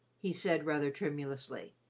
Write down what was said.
he said rather tremulously,